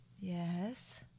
Yes